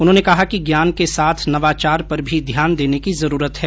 उन्होंने कहा कि ज्ञान के साथ नवाचार पर भी ध्यान देने की जरूरत है